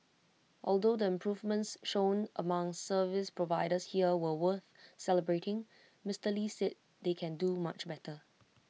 although the improvements shown among service providers here were worth celebrating Mister lee said they can do much better